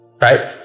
right